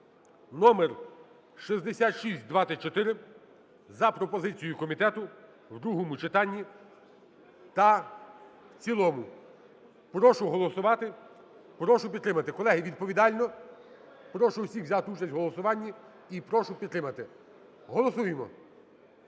№ 6624 за пропозицією комітету в другому читанні та в цілому. Прошу голосувати, прошу підтримати. Колеги, відповідально прошу всіх взяти участь в голосуванні і прошу підтримати. Голосуємо.